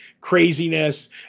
craziness